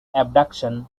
abduction